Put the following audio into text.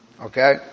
Okay